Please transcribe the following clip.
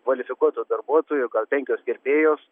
kvalifikuotų darbuotojų gal penkios kirpėjos